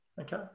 Okay